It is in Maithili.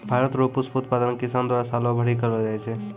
भारत रो पुष्प उत्पादन किसान द्वारा सालो भरी करलो जाय छै